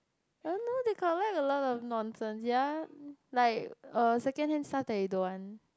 I don't know they collect a lot of nonsense ya like err second hand stuff that you don't want